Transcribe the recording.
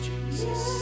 Jesus